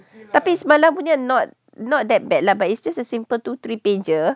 tapi semalam punya not not that bad lah but it's just a simple two three pages